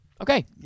Okay